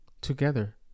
together